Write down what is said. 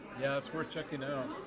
yeah, it's worth checking out.